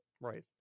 Right